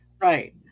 Right